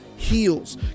heals